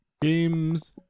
games